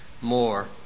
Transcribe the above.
more